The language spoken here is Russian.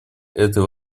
этой